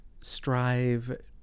strive